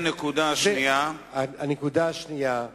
הנקודה השנייה,